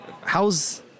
how's